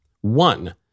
One